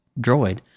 droid